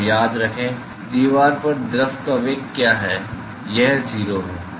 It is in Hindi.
तो याद रखें कि दीवार पर द्रव का वेग दीवार पर द्रव का वेग क्या है